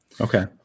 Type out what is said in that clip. Okay